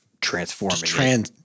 transforming